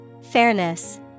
Fairness